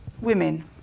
Women